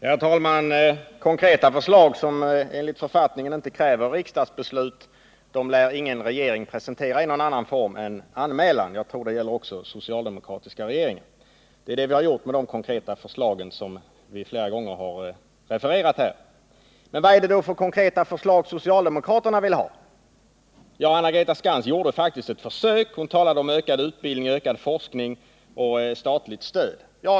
Herr talman! Konkreta förslag som enligt författningen inte kräver riksdagsbeslut lär ingen regering presentera i annan form än anmälan. Jag tror det gäller också socialdemokratiska regeringar. Det är så vi gjort med de konkreta förslag vi flera gånger refererat här. Vad är det för konkreta förslag socialdemokraterna vill ha? Anna-Greta Skantz gjorde faktiskt ett försök. Hon talade om ökad utbildning, ökad forskning och statligt stöd.